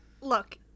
look